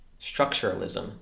Structuralism